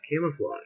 camouflage